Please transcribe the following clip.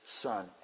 Son